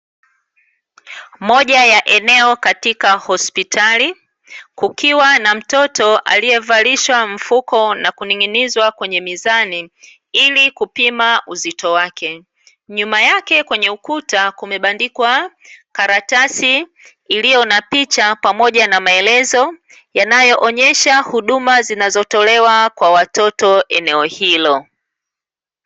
Moja ya eneo katika hospitali kukiwa na mtoto aliyevalishwa mfuko na kuning'inizwa kwenye mizani ilikupima uzito wake, nyuma yake kwenye ukuta kumebandikwa karatasi iliyo na picha pamoja na maelezo yanayo onyesha huduma zinazotolewa kwa watoto eneo hilo.